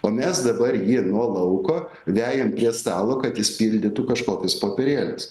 o mes dabar jį nuo lauko vejam prie stalo kad jis pildytų kažkokius popierėlius